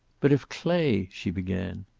but if clay she began.